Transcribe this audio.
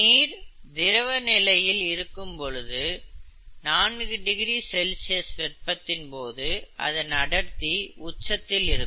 நீர் திரவ நிலையில் இருக்கும்பொழுது 4 டிகிரி செல்சியஸ் வெப்பத்தின் போது அதன் அடர்த்தி உச்சத்தில் இருக்கும்